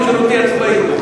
בשירותי הצבאי.